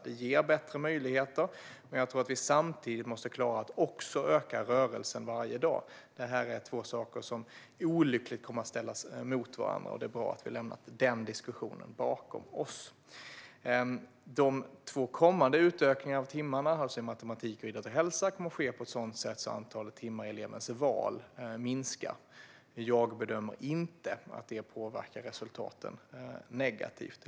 Det ger bättre möjligheter. Men jag tror att vi samtidigt måste klara att se till att man rör sig mer varje dag. Detta är två saker som på ett olyckligt sätt har ställts mot varandra. Det är bra att vi har lämnat den diskussionen bakom oss. De två kommande utökningarna av antalet timmar, alltså i matematik och i idrott och hälsa, kommer att ske på ett sådant sätt att antalet timmar i elevens val minskar. Jag bedömer inte att det påverkar resultaten negativt.